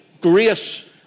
grace